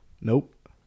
Nope